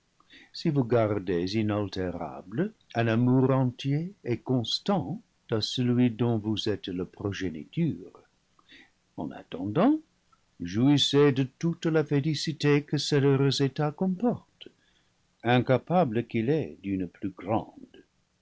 si vous gardez inaltérable un amour entier et constant à celui dont vous êtes la progé progé en attendant jouissez de toute la félicité que cet heu heu état comporte incapable qu'il est d'une plus grande